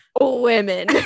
women